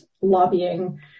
lobbying